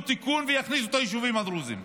תיקון ויכניסו את היישובים הדרוזיים.